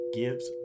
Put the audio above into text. gives